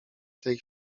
tej